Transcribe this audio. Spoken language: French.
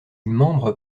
membre